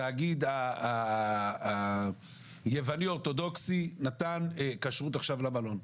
התאגיד היווני אורתודוקסי, נתן כשרות עכשיו למלון.